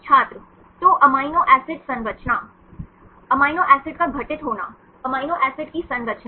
छात्र तो amino acid संरचना अमीनो एसिड का घटित होना अमीनो एसिड की संरचना